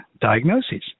diagnoses